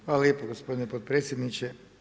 Hvala lijepo gospodine potpredsjedniče.